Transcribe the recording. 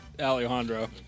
Alejandro